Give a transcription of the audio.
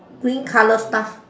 green color stuff